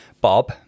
Bob